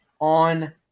On